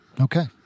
Okay